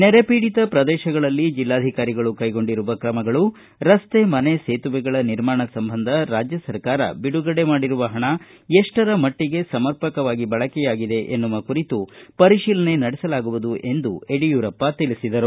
ನೆರೆ ಪೀಡಿತ ಪ್ರದೇಶಗಳಲ್ಲಿ ಜಿಲ್ಲಾಧಿಕಾರಿಗಳು ಕೈಗೊಂಡಿರುವ ಕ್ರಮಗಳು ರಸ್ತೆ ಮನೆ ಸೇತುವೆಗಳ ನಿರ್ಮಾಣ ಸಂಬಂಧ ರಾಜ್ಯ ಸರ್ಕಾರ ಬಿಡುಗಡೆ ಮಾಡಿರುವ ಹಣ ಎಷ್ಟರ ಮಟ್ಟಗೆ ಸಮರ್ಪಕವಾಗಿ ಬಳಕೆಯಾಗಿದೆ ಎನ್ನುವ ಕುರಿತು ಪರಿಶೀಲನೆ ನಡೆಸಲಾಗುವುದು ಎಂದು ಯಡಿಯೂರಪ್ಪ ತಿಳಿಸಿದರು